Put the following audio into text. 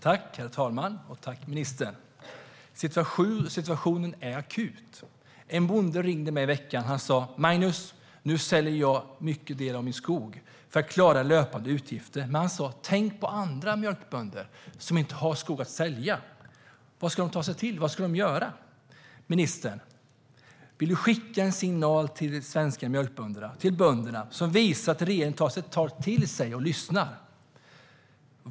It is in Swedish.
Herr talman! Jag tackar ministern för detta. Situationen är akut. En bonde ringde mig i veckan. Han sa: Magnus, nu säljer jag en stor del av min skog för att klara löpande utgifter. Men tänk på andra mjölkbönder som inte har skog att sälja. Vad ska de göra? Vill ministern skicka en signal till de svenska mjölkbönderna och till andra bönder som visar att regeringen tar till sig detta och lyssnar?